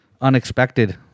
unexpected